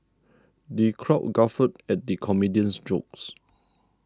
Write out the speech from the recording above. the crowd guffawed at the comedian's jokes